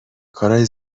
کارای